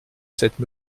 cette